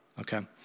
Okay